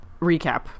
recap